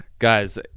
Guys